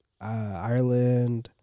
Ireland